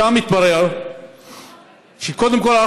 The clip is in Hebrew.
שם התברר שקודם כול,